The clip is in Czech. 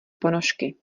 ponožky